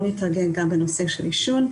בואו נטפל בנושא העישון.